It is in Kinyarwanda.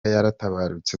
yaratabarutse